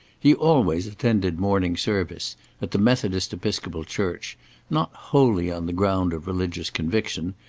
he always attended morning service at the methodist episcopal church not wholly on the ground of religious conviction,